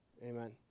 Amen